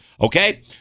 okay